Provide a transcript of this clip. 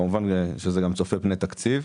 כמובן, זה גם צופה פני תקציב.